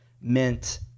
meant